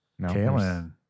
Kaylin